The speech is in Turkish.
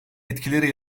etkileri